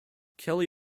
kelly